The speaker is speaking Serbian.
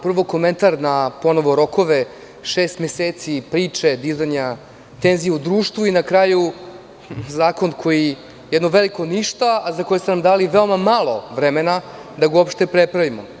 Prvo komentar na ponovne rokove, šest meseci priče, dizanja tenzije u društvu i na kraju zakon koji je jedno veliko ništa a za koji ste nam dali malo vremena da ga uopšte prepravimo.